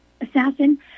assassin